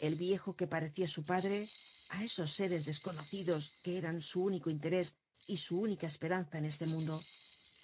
al viejo que parecía su padre á esos seres desconocidos que eran su único interés y su única esperanza en este mundo